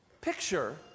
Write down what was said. picture